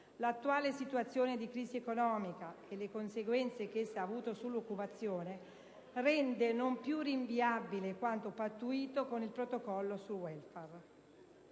l'attuale situazione di crisi economica e le conseguenze che essa ha avuto sull'occupazione rende non ulteriormente rinviabile quanto pattuito con il Protocollo sul welfare.